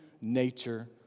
nature